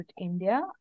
India